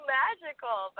magical